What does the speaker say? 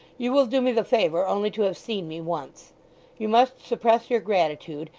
you will do me the favour only to have seen me once you must suppress your gratitude,